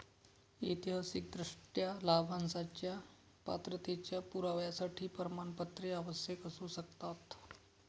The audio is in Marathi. ऐतिहासिकदृष्ट्या, लाभांशाच्या पात्रतेच्या पुराव्यासाठी प्रमाणपत्रे आवश्यक असू शकतात